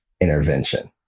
intervention